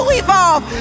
evolve